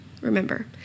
remember